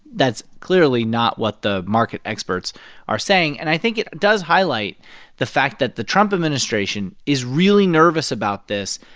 that's clearly not what the market experts are saying. and i think it does highlight the fact that the trump administration is really nervous about this,